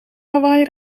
hawaï